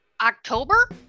October